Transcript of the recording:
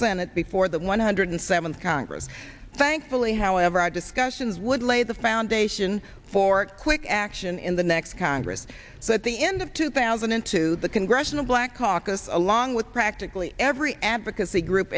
senate before the one hundred seventh congress thankfully however our discussions would lay the foundation for quick action in the next congress so at the end of two thousand and two the congressional black caucus along with practically every advocacy group